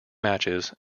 matches